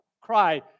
cry